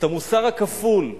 את המוסר הכפול.